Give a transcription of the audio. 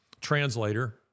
translator